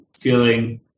feeling